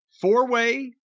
four-way